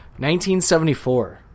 1974